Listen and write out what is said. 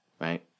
right